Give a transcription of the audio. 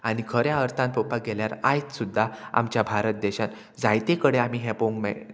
आनी खऱ्या अर्थान पळोवपाक गेल्यार आयज सुद्दां आमच्या भारत देशांत जायते कडेन आमी हें पळोवंक मेय